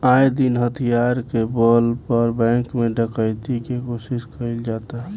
आये दिन हथियार के बल पर बैंक में डकैती के कोशिश कईल जाता